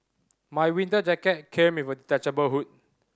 my winter jacket came with a detachable hood